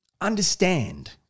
understand